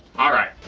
alright.